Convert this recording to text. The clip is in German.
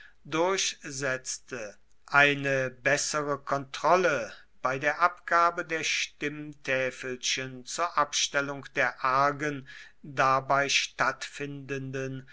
durchsetzte eine bessere kontrolle bei der abgabe der stimmtäfelchen zur abstellung der argen dabei stattfindenden